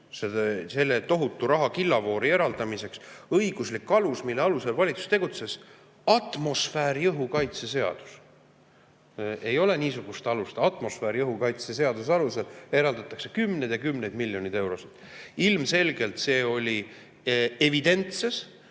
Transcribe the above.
selle tohutu rahakillavoori eraldamiseks [oli] õiguslik alus, mille alusel valitsus tegutses, atmosfääriõhu kaitse seadus. Ei ole niisugust alust, et atmosfääriõhu kaitse seadusega saaks eraldada kümneid ja kümneid miljoneid eurosid! Ilmselgelt oli see evidentses